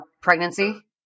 pregnancy